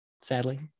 sadly